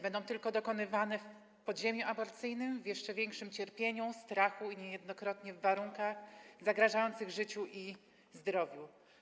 Będą dokonywane w podziemiu aborcyjnym w jeszcze większym cierpieniu, strachu i niejednokrotnie w warunkach zagrażających życiu i zdrowiu.